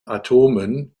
atomen